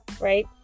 right